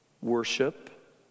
worship